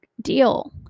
deal